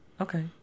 okay